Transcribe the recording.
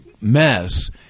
mess